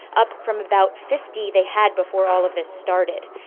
up from about fifty they had before all of this started.